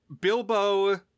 Bilbo